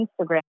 Instagram